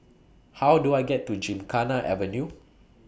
How Do I get to Gymkhana Avenue